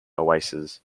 oases